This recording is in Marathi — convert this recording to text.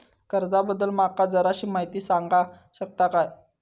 कर्जा बद्दल माका जराशी माहिती सांगा शकता काय?